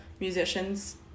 musicians